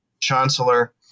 chancellor